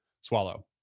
swallow